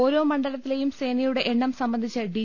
ഓരോ മണ്ഡലത്തിലെയും സേന യുടെ എണ്ണം സംബന്ധിച്ച് ഡി